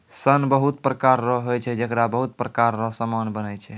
सन बहुत प्रकार रो होय छै जेकरा बहुत प्रकार रो समान बनै छै